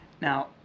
Now